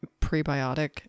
prebiotic